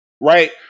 right